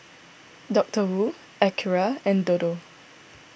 Doctor Wu Acura and Dodo